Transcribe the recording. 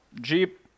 Jeep